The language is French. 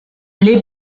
les